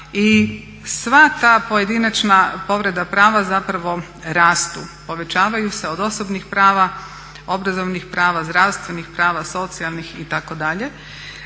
i sva ta pojedinačna povreda prava zapravo rastu, povećavaju se, od osobnih prava, obrazovnih prava, zdravstvenih prava, socijalnih itd.